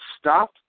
stop